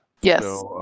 Yes